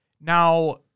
Now